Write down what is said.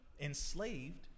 enslaved